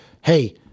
hey